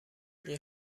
این